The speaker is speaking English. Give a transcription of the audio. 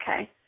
okay